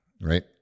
right